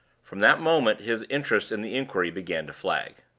from that moment his interest in the inquiry began to flag.